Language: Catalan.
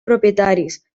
propietaris